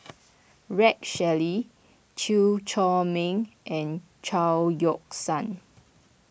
Rex Shelley Chew Chor Meng and Chao Yoke San